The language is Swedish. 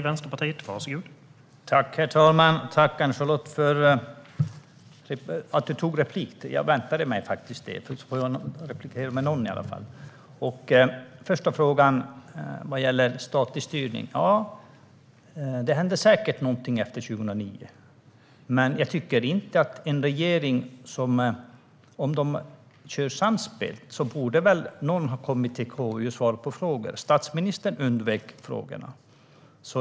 Herr talman! Tack, Ann-Charlotte, för att du begärde replik! Jag väntade mig faktiskt det. Då får jag en replikväxling med någon i alla fall. Först gäller det frågan om statlig styrning. Ja, det hände säkert någonting efter 2009. Men om regeringen hade varit samspelt borde väl någon ha kommit till KU och svarat på frågor. Statsministern undvek frågorna.